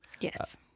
Yes